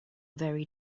very